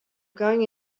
going